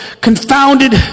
confounded